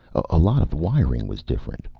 a lot of the wiring was different.